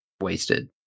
wasted